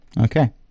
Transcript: Okay